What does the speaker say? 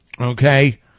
okay